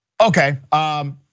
Okay